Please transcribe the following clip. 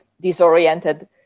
disoriented